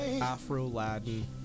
Afro-Latin